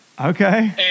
okay